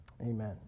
Amen